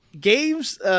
Games